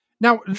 now